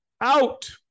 out